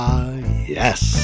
yes